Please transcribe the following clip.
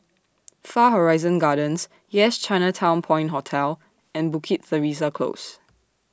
Far Horizon Gardens Yes Chinatown Point Hotel and Bukit Teresa Close